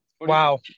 Wow